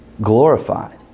glorified